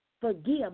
Forgive